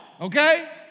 okay